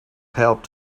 helped